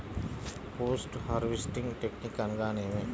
Post harvesting technique అనగా నేమి?